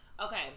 okay